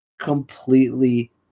completely